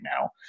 now